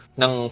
ng